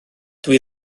dwi